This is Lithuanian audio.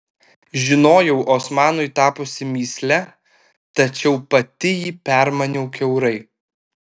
žinojau osmanui tapusi mįsle tačiau pati jį permaniau kiaurai